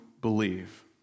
believe